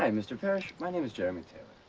hi, mr. parish, my name is jeremy taylor.